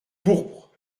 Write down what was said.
pourpre